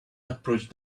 approach